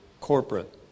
corporate